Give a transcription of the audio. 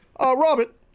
Robert